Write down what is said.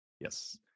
Yes